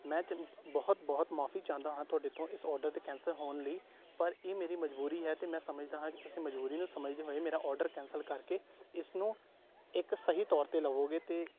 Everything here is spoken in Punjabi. ਮੈਂ ਬਹੁਤ ਬਹੁਤ ਮਾਫੀ ਚਾਹੁੰਦਾ ਹਾਂ ਤੁਹਾਡੇ ਤੋਂ ਇਸ ਔਡਰ ਦੇ ਕੈਂਸਲ ਹੋਣ ਲਈ ਪਰ ਇਹ ਮੇਰੀ ਮਜਬੂਰੀ ਹੈ ਅਤੇ ਮੈਂ ਸਮਝਦਾ ਹਾਂ ਤੁਸੀਂ ਮਜਬੂਰੀ ਨੂੰ ਸਮਝਦੇ ਹੋਏ ਮੇਰਾ ਔਡਰ ਕੈਂਸਲ ਕਰਕੇ ਇਸ ਨੂੰ ਇੱਕ ਸਹੀ ਤੌਰ 'ਤੇ ਲਵੋਗੇ ਅਤੇ